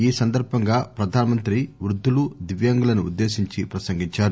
ఈ సందర్బంగా ప్రధాన మంత్రి వృద్దులు దివ్యాంగులను ఉద్దేశించి ప్రసంగించారు